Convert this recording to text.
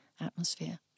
atmosphere